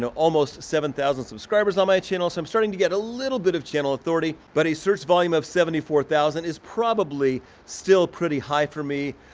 almost seven thousand subscribers on my channel. so i'm starting to get a little bit of channel authority, but a search volume of seventy four thousand is probably still pretty high for me.